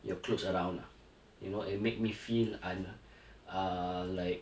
you clothes around ah you know it made me feel un~ uh like